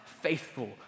faithful